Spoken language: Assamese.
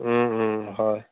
হয়